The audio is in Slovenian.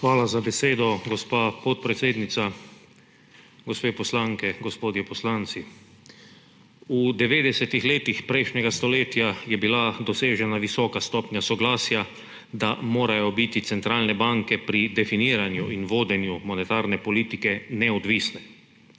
Hvala za besedo, gospa podpredsednica. Gospe poslanke, gospodje poslanci! V 90. letih prejšnjega stoletja je bila dosežena visoka stopnja soglasja, da morajo biti centralne banke pri definiranju in vodenju monetarne politike neodvisne.